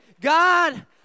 God